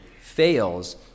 fails